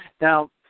now